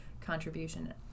contribution